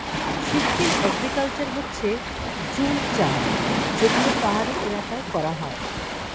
shifting agriculture হচ্ছে জুম চাষ যেগুলো পাহাড়ি এলাকায় করা হয়